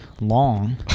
long